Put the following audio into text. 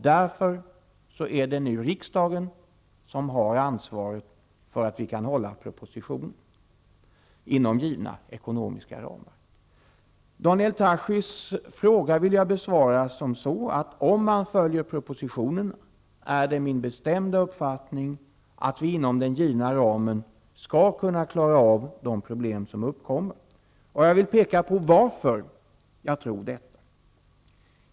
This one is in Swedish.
Därför är det nu riksdagen som har ansvaret för att propositionen kan följas inom givna ekonomiska ramar. Jag vill besvara Daniel Tarschys fråga med följande. Om propositionen följs, är det min bestämda uppfattning att vi inom den givna ramen skall klara de problem som kan uppkomma. Jag vill peka på varför jag tror detta.